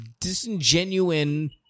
disingenuine